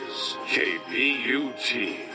KBUT